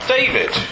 David